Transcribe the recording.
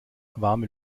warme